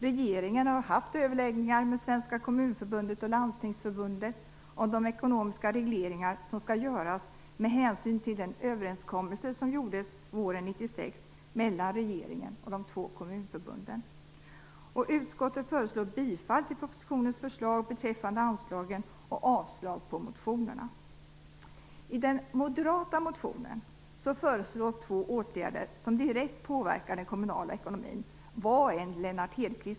Regeringen har haft överläggningar med Svenska kommunförbundet och Landstingsförbundet om de ekonomiska regleringar som skall göras med hänsyn till den överenskommelse som våren 1996 I den moderata motionen föreslås två åtgärder som - vad än Lennart Hedquist säger - direkt påverkar den kommunala ekonomin.